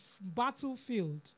battlefield